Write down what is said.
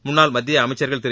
முன்னாள் மத்திய அமைச்சர்கள் திரு